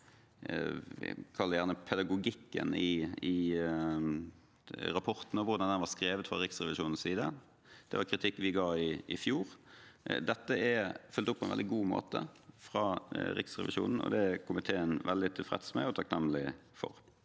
– kall det gjerne pedagogikken – og hvordan det var skrevet fra Riksrevisjonens side. Det var kritikk vi ga i fjor. Dette er fulgt opp på en veldig god måte fra Riksrevisjonen, og det er komiteen veldig tilfreds med og takknemlig for.